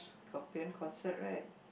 scorpion concert right